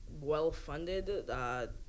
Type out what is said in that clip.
well-funded